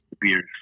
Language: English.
Beers